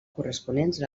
corresponents